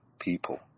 people